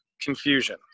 confusion